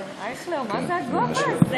אייכלר, מה זה הגובה הזה?